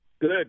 Good